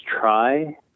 try